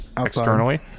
externally